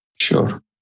Sure